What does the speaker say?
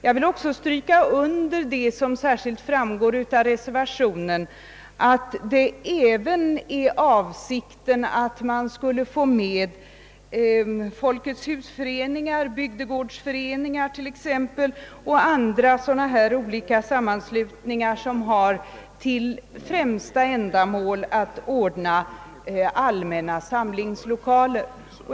Jag vill också stryka under vad som särskilt framgår av reservationen, att avsikten är att bestämmelsen skall gälla folketshusföreningar, bygdegårdsföreningar och andra liknande sammanslutningar som har till främsta syfte att anordna allmänna samlingslokaler.